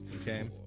okay